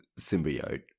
symbiote